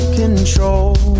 control